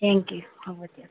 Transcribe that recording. thank you হ'ব দিয়ক